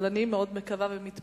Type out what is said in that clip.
אבל אני מאוד מקווה ומתפללת,